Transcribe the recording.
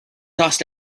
dust